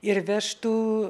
ir vežtų